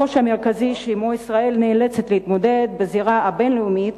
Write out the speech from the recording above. הקושי המרכזי שעמו ישראל נאלצת להתמודד בזירה הבין-לאומית